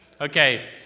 Okay